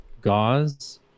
gauze